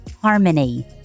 harmony